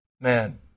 man